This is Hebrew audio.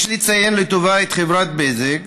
יש לציין לטובה את חברת בזק,